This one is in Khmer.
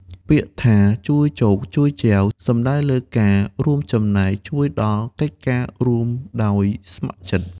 ពាក្យថា «ជួយចូកជួយចែវ» សំដៅលើការចូលរួមចំណែកជួយដល់កិច្ចការរួមដោយស្ម័គ្រចិត្ត។